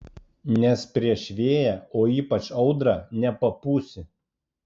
nes prieš vėją o ypač audrą nepapūsi